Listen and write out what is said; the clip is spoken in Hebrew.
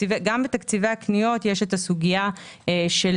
גם בתקציבי הקניות יש הסוגיה של